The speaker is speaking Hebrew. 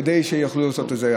כדי שיוכלו לעשות את זה,